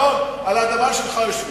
נכון, על אדמה שלך יושבים.